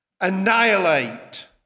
annihilate